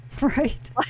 right